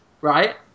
right